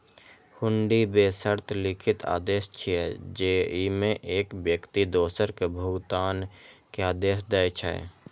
हुंडी बेशर्त लिखित आदेश छियै, जेइमे एक व्यक्ति दोसर कें भुगतान के आदेश दै छै